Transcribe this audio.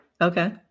Okay